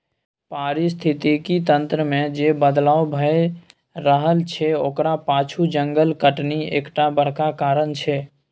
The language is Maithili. पारिस्थितिकी तंत्र मे जे बदलाव भए रहल छै ओकरा पाछु जंगल कटनी एकटा बड़का कारण छै